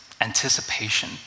anticipation